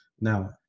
Now